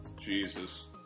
Jesus